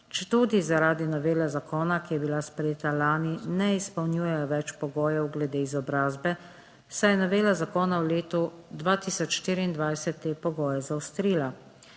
četudi zaradi novele zakona, ki je bila sprejeta lani, ne izpolnjujejo več pogojev glede izobrazbe, saj je novela zakona v letu 2024 te pogoje zaostrila.